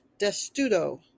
Destudo